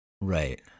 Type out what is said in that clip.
Right